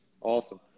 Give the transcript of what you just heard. Awesome